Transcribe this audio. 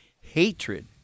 hatred